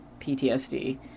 PTSD